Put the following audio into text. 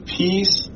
peace